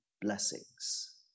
blessings